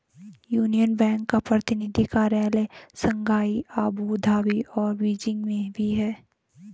union Bank का प्रतिनिधि कार्यालय शंघाई अबू धाबी और बीजिंग में भी है